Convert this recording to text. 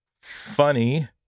funny